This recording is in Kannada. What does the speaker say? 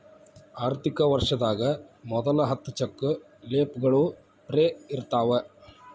ಆರ್ಥಿಕ ವರ್ಷದಾಗ ಮೊದಲ ಹತ್ತ ಚೆಕ್ ಲೇಫ್ಗಳು ಫ್ರೇ ಇರ್ತಾವ